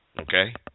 Okay